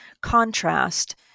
contrast